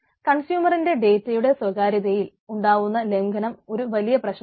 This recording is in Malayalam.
കൺസ്യൂമറിന്റെ ഡേറ്റയുടെ സ്വകാര്യതയിൽ ഉണ്ടാവുന്ന ലംഘനം ഒരു വലിയ പ്രശ്നമാണ്